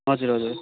हजुर हजुर